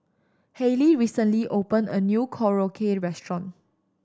Hailey recently opened a new Korokke Restaurant